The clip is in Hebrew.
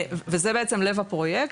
וזה בעצם לב הפרויקט,